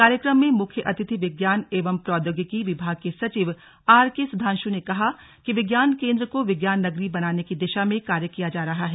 कार्यक्रम में मुख्य अतिथि विज्ञान एवं प्रौधोगिकी विभाग के सचिव आरके सुधांशु ने कहा कि विज्ञान केंद्र को विज्ञान नगरी बनाने की दिशा में कार्य किया जा रहा है